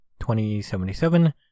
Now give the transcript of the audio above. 2077